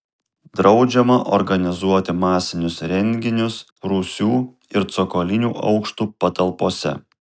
draudžiama organizuoti masinius renginius rūsių ir cokolinių aukštų patalpose